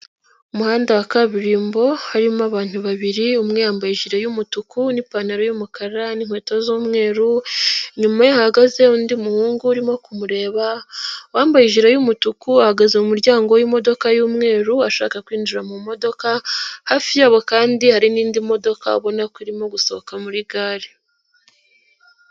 Umuhanda wa kaburimbo harimo abantu babiri, umwe yambaye jire y'umutuku, n'ipantaro y'umukara, n'inkweto z'umweru, inyuma hahagaze undi muhungu urimo kumureba wambaye jire y'umutuku ahagaze mu mu ryango wimodoka y'umweru ashaka kwinjira mu modoka, hafi yabo kandi hari n'indi modoka ubona ko irimo gusohoka muri gare.